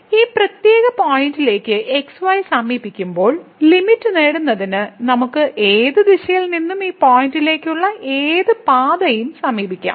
ഈ പ്രത്യേക പോയിന്റിലേക്ക് x y സമീപിക്കുമ്പോൾ ലിമിറ്റ് നേടുന്നതിന് നമുക്ക് ഏത് ദിശയിൽ നിന്നും ഈ പോയിന്റിലേക്കുള്ള ഏത് പാതയും സമീപിക്കാം